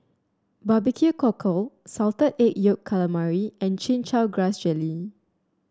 Barbecue Cockle Salted Egg Yolk Calamari and Chin Chow Grass Jelly